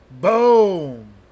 Boom